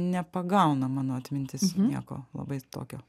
nepagauna mano atmintis nieko labai tokio